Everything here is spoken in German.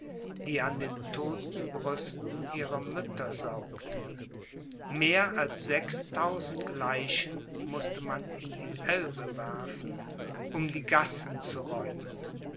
die an den todten brüsten ihrer mütter saugten mehr als sechstausend leichen mußte man in die elbe werfen um die gassen zu räumen